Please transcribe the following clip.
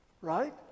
right